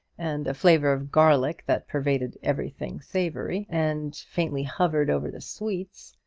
and a flavour of garlic, that pervaded everything savoury, and faintly hovered over the sweets,